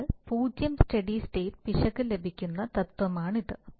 അതിനാൽ 0 steady state പിശക് ലഭിക്കുന്ന തത്വമാണിത്